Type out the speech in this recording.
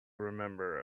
remember